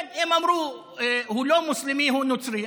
כן, הם אמרו: הוא לא מוסלמי, הוא נוצרי.